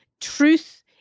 truth